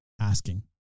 asking